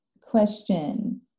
Question